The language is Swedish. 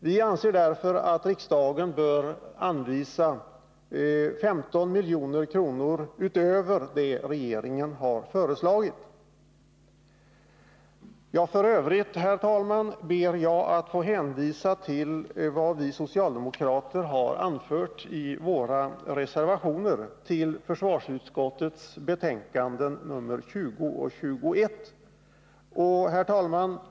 Vi anser därför att riksdagen bör anvisa 15 milj.kr. utöver vad regeringen har föreslagit. F. ö., herr talman, ber jag att få hänvisa till vad vi socialdemokrater har anfört i våra reservationer till försvarsutskottets betänkanden nr 20 och 2.